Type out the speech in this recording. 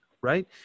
Right